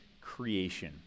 creation